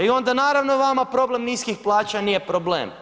I onda naravno vama problem niskih plaća nije problem.